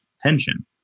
tension